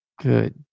Good